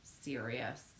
serious